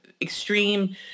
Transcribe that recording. extreme